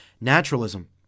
naturalism